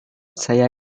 saya